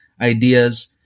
ideas